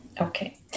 Okay